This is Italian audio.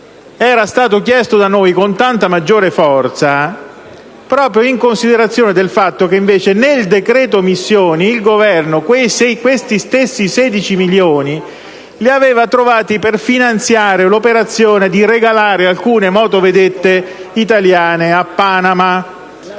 era stato chiesto da noi con maggiore forza proprio in considerazione del fatto che, invece, nel decreto missioni il Governo questi stessi 16 milioni di euro li aveva trovati per finanziare l'operazione con cui regalava alcune motovedette italiane a Panama.